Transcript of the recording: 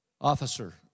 Officer